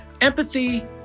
Empathy